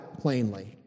plainly